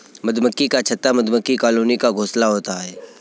मधुमक्खी का छत्ता मधुमक्खी कॉलोनी का घोंसला होता है